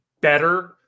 better